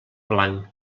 blanc